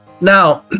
Now